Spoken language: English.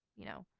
you know,